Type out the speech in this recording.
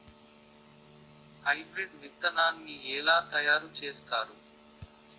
Hybrid విత్తనాన్ని ఏలా తయారు చేస్తారు?